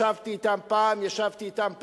ישבתי אתם פעם, ישבתי אתם פעמיים,